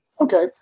Okay